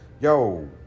yo